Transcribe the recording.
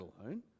alone